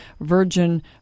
virgin